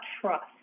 trust